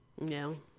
No